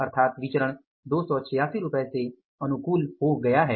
अर्थात विचरण 286 रूपए से अनुकूल हो गया है